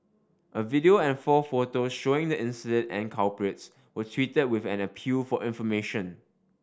a video and four photos showing the incident and the culprits were tweeted with an appeal for information